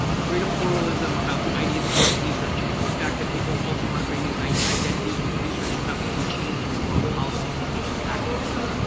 greater pluralism about the ideas of what research is. the fact that people also want to bring an identity with research, about making change in the world, policy implications, activism,